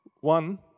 one